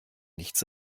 nichts